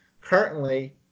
Currently